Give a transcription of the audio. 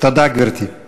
תודה, גברתי.